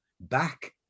back